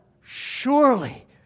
Surely